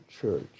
church